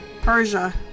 Persia